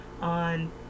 on